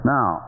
Now